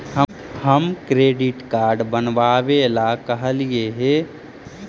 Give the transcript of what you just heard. हम credit card बनावे ला कहलिऐ हे?